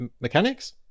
mechanics